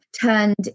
turned